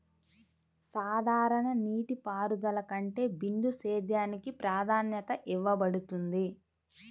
సాధారణ నీటిపారుదల కంటే బిందు సేద్యానికి ప్రాధాన్యత ఇవ్వబడుతుంది